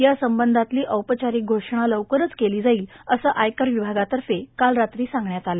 या संबंधातली औपचारिक घोषणा लवकरच केली जाईल असं आयकर विभागातर्फे काल रात्री सांगण्यात आलं